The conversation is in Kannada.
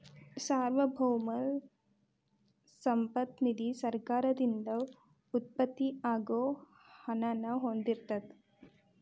ಸಾರ್ವಭೌಮ ಸಂಪತ್ತ ನಿಧಿ ಸರ್ಕಾರದಿಂದ ಉತ್ಪತ್ತಿ ಆಗೋ ಹಣನ ಹೊಂದಿರತ್ತ